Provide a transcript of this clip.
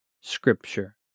Scripture